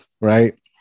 right